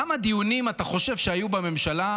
כמה דיונים אתה חושב שהיו בממשלה,